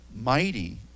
mighty